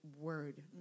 word